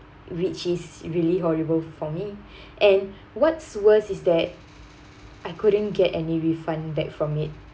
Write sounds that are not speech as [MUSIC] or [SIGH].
which is really horrible for me [BREATH] and what's worse is that I couldn't get any refund back from it